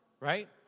right